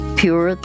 pure